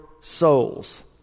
souls